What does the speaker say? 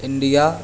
India